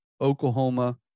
Oklahoma